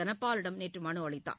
தனபாலிடம் நேற்றுமனுஅளித்தார்